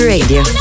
Radio